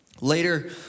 Later